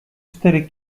cztery